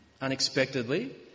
unexpectedly